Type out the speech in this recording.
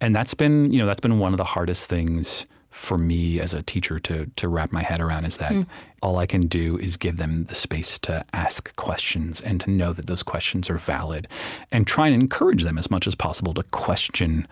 and that's been you know that's been one of the hardest things for me, as a teacher, to to wrap my head around, is that all i can do is give them the space to ask questions and to know that those questions are valid and try and encourage them, as much as possible, to question